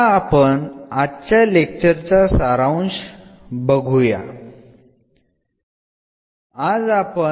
നമ്മൾ കൺക്ലൂഷൻലേക്ക് വരുന്നു